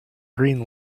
green